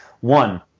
One